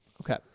Okay